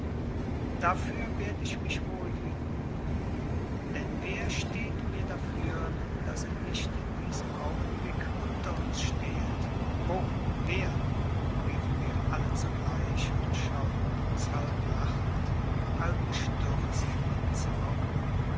dafür werd ich mich wohl hüten denn wer steht mir dafür daß er nicht in diesem augenblick unter uns stehet wo wer riefen wir alle zugleich und schauten uns halb lachend halb bestürzt im zimmer um